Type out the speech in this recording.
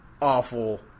Awful